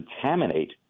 contaminate